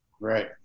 Right